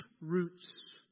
roots